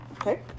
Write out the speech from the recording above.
Okay